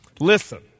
Listen